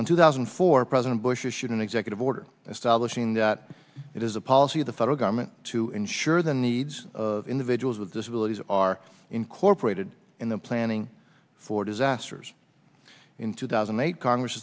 in two thousand and four president bush issued an executive order establishing that it is a policy of the federal government to ensure the needs of individuals with disabilities are incorporated in the planning for disasters in two thousand and eight congress